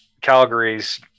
Calgary's